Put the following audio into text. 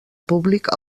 públic